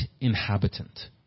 inhabitant